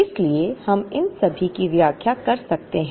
इसलिए हम इन सभी की व्याख्या कर सकते हैं